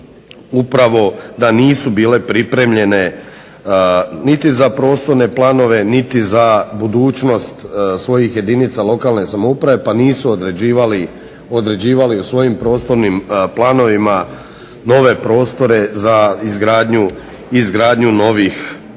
upravo da nisu bile pripremljene niti za prostorne planove niti za budućnost svojih jedinica lokalne samouprave pa nisu određivali u svojim prostornim planovima nove prostore za izgradnju novih groblja.